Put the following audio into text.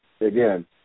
again